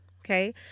okay